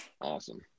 Awesome